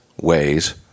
ways